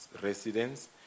residents